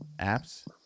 Apps